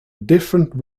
different